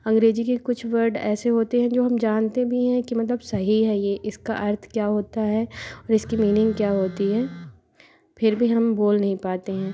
अंग्रेजी के कुछ वर्ड ऐसे होते हैं जो हम जानते भी हैं कि मतलब सही है यह इसका अर्थ क्या होता है और इसकी मीनिंग क्या होती है फिर भी हम बोल नहीं पाते हैं